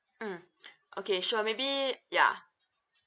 mm okay sure maybe ya